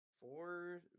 four